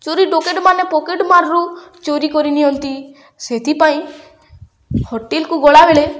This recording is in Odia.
ଚୋରି ଡକାୟତ ମାନେ ପକେଟ୍ ମାର୍ରୁୁ ଚୋରି କରି ନିଅନ୍ତି ସେଥିପାଇଁ ହୋଟେଲ୍କୁ ଗଲାବେଳେ